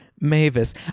Mavis